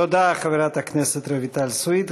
תודה, חברת הכנסת רויטל סויד.